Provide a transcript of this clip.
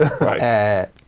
Right